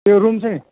यो रुम चाहिँ